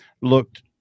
looked